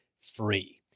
free